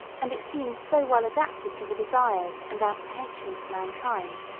and it seems so well adapted to the desires and apprehensions of mankind,